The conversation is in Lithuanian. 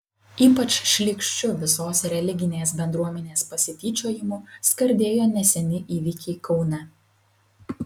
ypač šlykščiu visos religinės bendruomenės pasityčiojimu skardėjo neseni įvykiai kaune